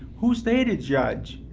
who they to judge?